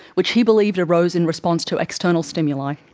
which he believed arose in response to external stimuli.